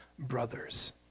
Brothers